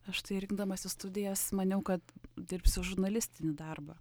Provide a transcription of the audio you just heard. aš tai rinkdamasi studijas maniau kad dirbsiu žurnalistinį darbą